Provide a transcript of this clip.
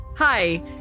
Hi